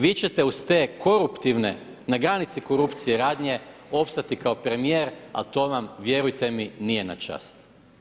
Vi ćete uz te koruptivne, na granici korupcije radnje opstati kao premijer, ali to vam vjerujte mi nije na čast.